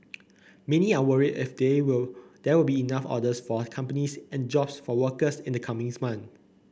many are worried if there will there will be enough orders for the companies and jobs for workers in the coming months